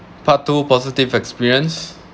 part two positive experience